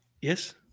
Yes